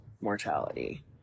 mortality